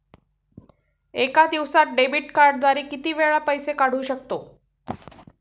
एका दिवसांत डेबिट कार्डद्वारे किती वेळा पैसे काढू शकतो?